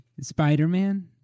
Spider-Man